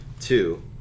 Two